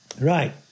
Right